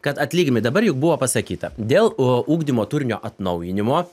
kad atlyginimai dabar juk buvo pasakyta dėl u ugdymo turinio atnaujinimo